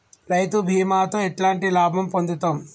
రైతు బీమాతో ఎట్లాంటి లాభం పొందుతం?